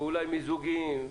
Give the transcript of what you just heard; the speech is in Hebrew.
ואולי מיזוגים,